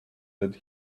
that